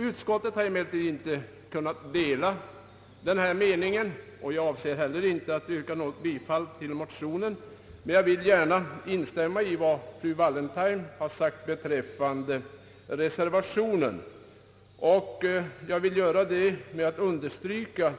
Utskottet har emellertid inte kunnat dela denna mening. Jag avser inte heller att yrka bifall till motionen, men jag vill gärna instämma i vad fru Wallentheim sagt beträffande reservationen, och jag vill understryka